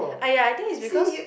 !aiya! I think it's because